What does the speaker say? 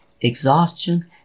exhaustion